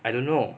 I don't know